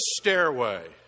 stairway